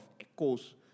echoes